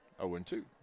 0-2